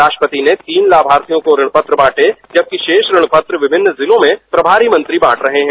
राष्ट्रपति ने तीन लाभर्थियों को ऋण पत्र बांटे जबकि शेष ऋण पत्र विभिन्नर जिलों में प्रभारी मंत्री बांट रहे हैं